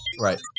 Right